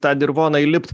tą dirvoną įlipt